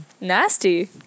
Nasty